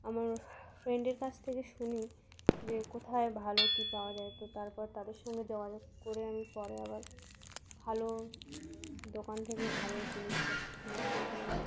আমার ফ্রেন্ডের কাছ থেকে শুনি যে কোথায় ভালো কী পাওয়া যায় তো তারপর তাদের সঙ্গে যোগাযোগ করে আমি পরে আবার ভালো দোকান থেকে ভালো জিনিসপত্র কিনা শুরু করলাম